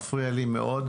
מפריע לי מאוד.